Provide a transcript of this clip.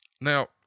Now